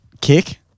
kick